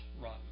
run